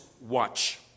watch